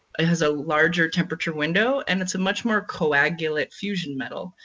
it has a larger temperature window and it's a much more coagulate fusion metal.